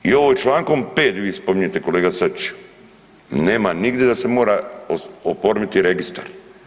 I ovim člankom 5. gdje vi spominjete kolega Sačiću nema nigdje da se mora oformiti registar.